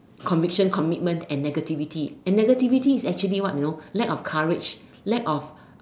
conviction commitment and negativity and negativity is actually what you know lack of courage lack of